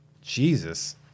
Jesus